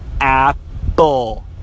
Apple